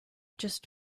just